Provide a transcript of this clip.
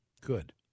Good